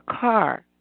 car